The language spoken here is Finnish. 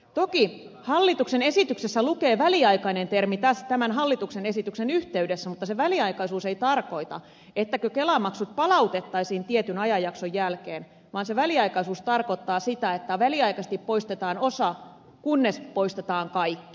toki hallituksen esityksen yhteydessä lukee termi väliaikainen mutta se väliaikaisuus ei tarkoita että kelamaksut palautettaisiin tietyn ajanjakson jälkeen vaan se väliaikaisuus tarkoittaa sitä että väliaikaisesti poistetaan osa kunnes poistetaan kaikki